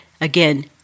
Again